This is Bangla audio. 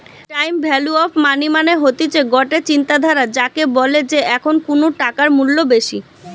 টাইম ভ্যালু অফ মানি মানে হতিছে গটে চিন্তাধারা যাকে বলে যে এখন কুনু টাকার মূল্য বেশি